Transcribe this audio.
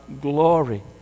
glory